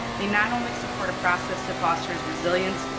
they not only support a process that fosters resilience,